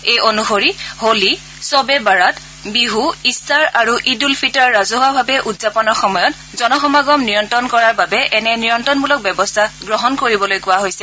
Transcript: এই অনুসৰি হোলী খ্ব এ বৰাত বিছ ইষ্টাৰ আৰু ঈদ উল ফিটৰ ৰাজহুৱাভাৱে উদযাপনৰ সময়ত জন সমাগম নিয়ন্ত্ৰণ কৰাৰ বাবে এনে নিয়ন্ত্ৰণমূলক ব্যৱস্থা গ্ৰহণ কৰিবলৈ কোৱা হৈছে